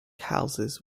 houses